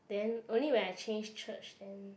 then only when I change church then